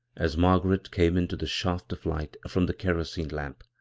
as margaret came into the shaft of light from the kerosene lamp.